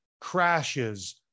crashes